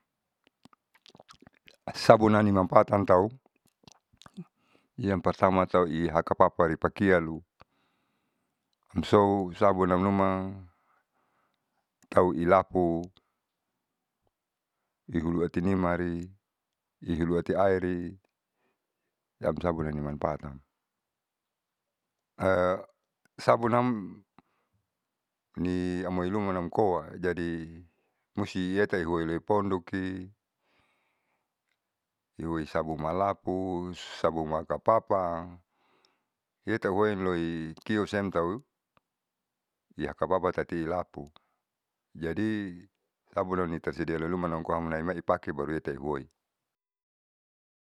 sabunamni manfaatan tau yang pertama tau ihakapapari pakialu amsousa unamnuma tau ilapo liuluatinimari liuluatiaeri siam sabun na nimanfaatam. sabunam ni amoilumanam koa jadi musi hieta hulaipodoki ihui sabun malapu, sabun makapapa ietahuenloi kiosian tau iyahapapa tati lapu jadi abu daunitasi dialilumanam koa am mulai mai paki baru iehetehuoi.